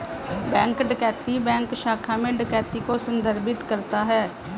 bank डकैती bank शाखा में डकैती को संदर्भित करता है